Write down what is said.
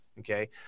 Okay